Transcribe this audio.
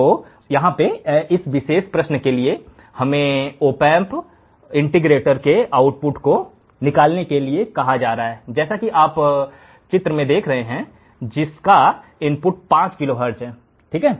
तो यहाँ इस विशेष प्रश्न के लिएहमें ओपम्प इंटीग्रेटर के आउटपुट को निकालने के लिए कहा जा रहा है जैसा कि आप चित्र में देख रहे हैं जिसका इनपुट 5 किलोहर्ट्ज़ हैं